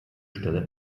stelle